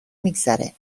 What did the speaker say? میگذره